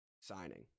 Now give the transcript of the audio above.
signing